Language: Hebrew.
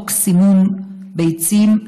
חוק סימון ביצים,